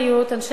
אנשי הקואליציה,